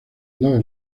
dos